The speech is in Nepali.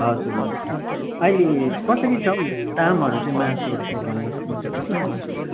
हजुर अहिले कसरी छ हौ दामहरू चाहिँ मासुहरूको भन्नु सक्नुहुन्छ तपाईँ